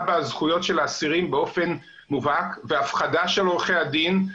בזכויות של האסירים באופן מובהק והפחדה של עורכי הדין.